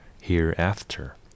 hereafter